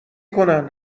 کنن